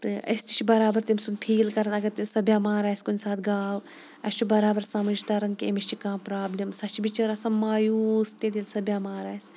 تہٕ أسۍ تہِ چھِ بَرابَر تٔمۍ سُنٛد فیٖل کَران اَگَر تےَ سۄ بیٚمار آسہِ کُنہِ ساتہٕ گاو اَسہِ چھُ بَرابَر سمجھ تَران کہِ أمِس چھِ کانٛہہ پرابلِم سۄ چھِ بِچٲر آسان مایوٗس تیٚلہِ ییٚلہِ سۄ بیٚمار آسہِ